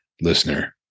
listener